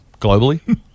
globally